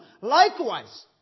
likewise